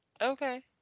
Okay